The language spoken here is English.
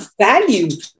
value